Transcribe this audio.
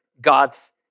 God's